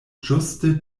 ĝuste